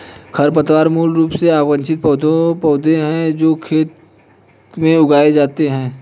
खरपतवार मूल रूप से अवांछित पौधे हैं जो खेत के खेत में उगते हैं